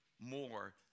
more